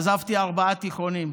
עזבתי ארבעה תיכונים,